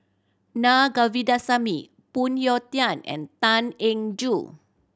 Naa Govindasamy Phoon Yew Tien and Tan Eng Joo